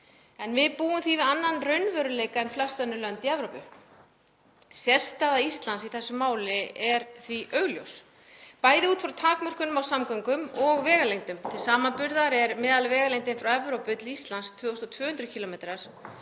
Við búum því við annan raunveruleika en flest önnur lönd í Evrópu. Sérstaða Íslands í þessu máli er því augljós, bæði út frá takmörkunum á samgöngum og vegalengdum. Til samanburðar er meðalvegalengdin frá Evrópu til Íslands 2.200 km